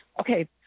okay